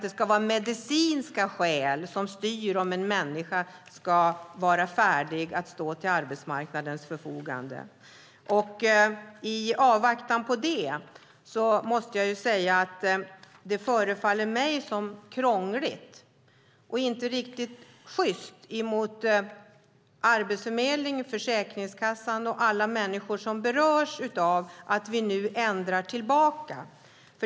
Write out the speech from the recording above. Det ska vara medicinska skäl som styr om en människa är färdig att stå till arbetsmarknadens förfogande. I avvaktan på det förefaller det mig krångligt och inte riktigt sjyst mot Arbetsförmedlingen, Försäkringskassan och alla människor som berörs, att vi nu ändrar tillbaka.